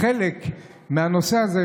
חלק מהנושא הזה,